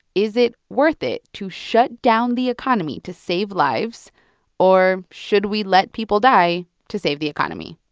is it worth it to shut down the economy to save lives or should we let people die to save the economy?